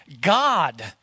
God